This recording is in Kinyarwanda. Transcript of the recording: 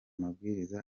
mabwiriza